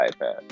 ipad